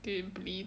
didn't bleed